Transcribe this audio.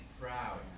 proud